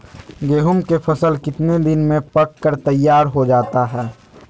गेंहू के फसल कितने दिन में पक कर तैयार हो जाता है